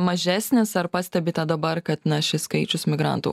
mažesnis ar pastebite dabar kad na šis skaičius migrantų